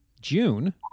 June